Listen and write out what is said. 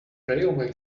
railway